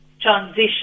transition